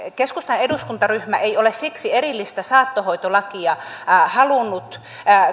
keskustan eduskuntaryhmä ei ole siksi erillistä saattohoitolakia halunnut